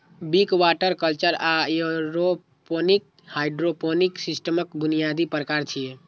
Wick, water culture आ aeroponic hydroponic सिस्टमक बुनियादी प्रकार छियै